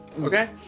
Okay